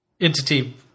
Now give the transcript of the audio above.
entity